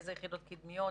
באילו יחידות קדמיות,